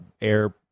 air